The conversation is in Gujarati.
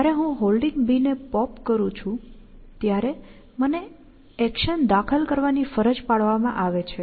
જ્યારે હું Holding ને પોપ કરું છું ત્યારે મને એક્શન દાખલ કરવાની ફરજ પાડવામાં આવે છે